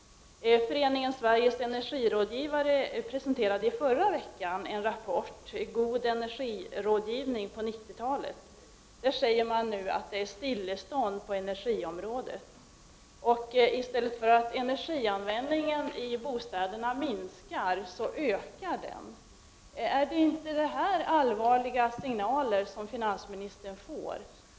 Föreningen Sveriges energirådgivare presenterade förra veckan en rapport, God energirådgivning på 90-talet. Där framhålls att det nu är stillestånd på energiområdet och att energianvändningen i bostäderna inte minskar utan ökar. Är inte det här allvarliga signaler för finansministern?